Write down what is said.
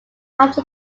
after